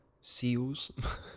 seals